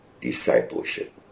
discipleship